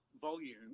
volume